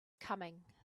coming